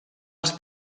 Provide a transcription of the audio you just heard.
als